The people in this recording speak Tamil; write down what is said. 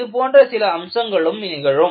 இதுபோன்ற சில அம்சங்களும் நிகழும்